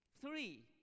Three